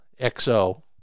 xo